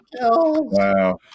Wow